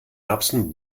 erbsen